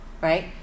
right